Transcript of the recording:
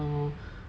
um